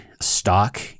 stock